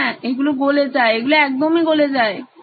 হ্যাঁ এগুলো গলে যায় এগুলো একদমই গলে যায়